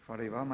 Hvala i vama.